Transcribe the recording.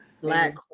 Black